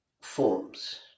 forms